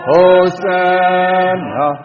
Hosanna